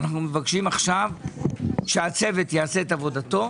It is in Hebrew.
אנו מבקשים עכשיו שהצוות יעשה עבודתו,